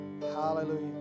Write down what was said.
Hallelujah